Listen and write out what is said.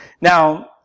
Now